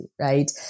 right